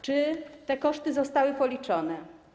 Czy te koszty zostały policzone?